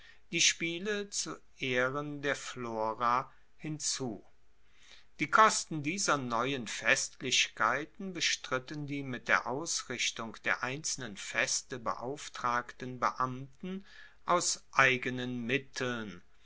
die spiele zu ehren der flora hinzu die kosten dieser neuen festlichkeiten bestritten die mit der ausrichtung der einzelnen feste beauftragten beamten aus eigenen mitteln